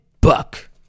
Buck